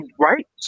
right